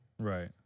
Right